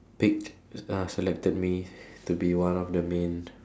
picked uh selected me to be one of the main